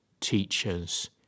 teachers